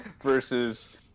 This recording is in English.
versus